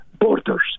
borders